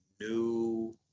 new